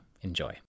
Enjoy